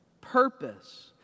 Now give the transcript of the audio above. purpose